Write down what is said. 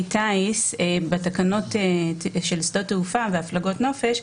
טיס בתקנות של שדות תעופה והפלגות נופש,